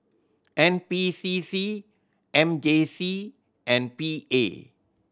N P C C M J C and P A